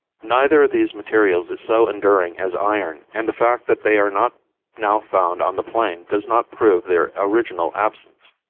neither of these materials is so enduring as iron, and the fact that they are not now found on the plain does not prove their original absence.